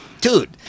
dude